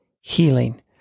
Healing